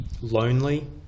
lonely